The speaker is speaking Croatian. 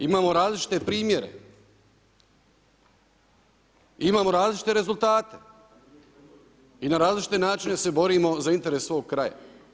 Imamo različite primjere, imamo različite rezultate i na različite načine se borimo za interese svog kraja.